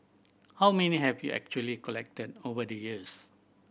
how many have you actually collected over the years